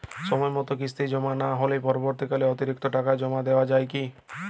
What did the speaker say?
সময় মতো কিস্তি জমা না হলে পরবর্তীকালে অতিরিক্ত টাকা জমা দেওয়া য়ায় কি?